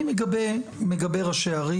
אני מגבה את ראשי הערים,